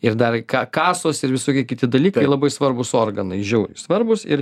ir dar ka kasos ir visokie kiti dalykai labai svarbūs organai žiauriai svarbūs ir